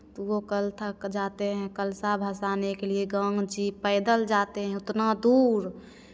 वो कल तक जाते हैं कलशा भसाने के लिए गाछी पैदल जाते हैं उतना दूर